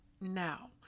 now